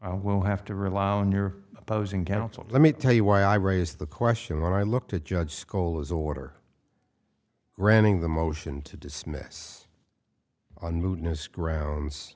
i will have to rely on your opposing counsel let me tell you why i raise the question when i look to judge scholes order granting the motion to dismiss on lewdness grounds